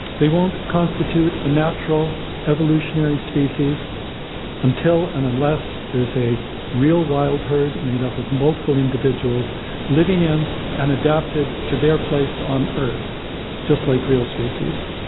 they won't constitute a natural evolutionary species until and unless there is a real wild herd made up of multiple individuals living in and adapted to their place on earth just like real species.